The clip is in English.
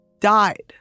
died